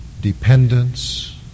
dependence